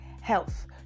Health